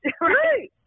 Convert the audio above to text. Right